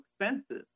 expensive